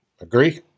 Agree